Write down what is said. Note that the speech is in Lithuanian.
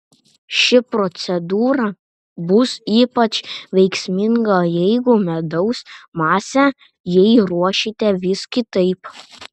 ši procedūra bus ypač veiksminga jeigu medaus masę jai ruošite vis kitaip